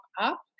up